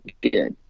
good